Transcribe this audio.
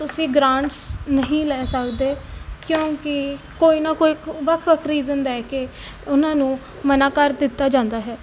ਤੁਸੀਂ ਗਰਾਂਟਸ ਨਹੀਂ ਲੈ ਸਕਦੇ ਕਿਉਂਕਿ ਕੋਈ ਨਾ ਕੋਈ ਕ ਵੱਖ ਵੱਖ ਰੀਜਨ ਲੈ ਕੇ ਉਹਨਾਂ ਨੂੰ ਮਨ੍ਹਾ ਕਰ ਦਿੱਤਾ ਜਾਂਦਾ ਹੈ